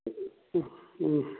ꯎꯝ